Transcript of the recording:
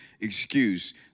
excuse